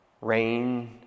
Rain